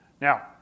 Now